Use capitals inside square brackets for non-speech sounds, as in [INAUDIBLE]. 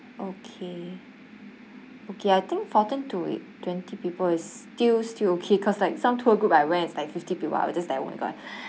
okay okay I think fourteen to twenty people is still still okay cause like some tour group I went is like fifty people I would just like oh my god [BREATH]